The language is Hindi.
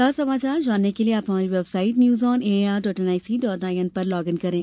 ताजा समाचार जानने के लिए आप हमारी website news on A I R dot N I C dot I N पर लॉग इन करें